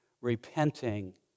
repenting